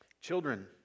Children